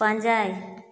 ᱯᱟᱸᱡᱟᱭ